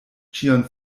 ĉion